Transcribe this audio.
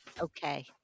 Okay